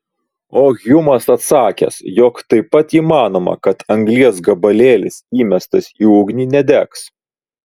o hjumas atsakęs jog taip pat įmanoma kad anglies gabalėlis įmestas į ugnį nedegs